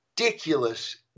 ridiculous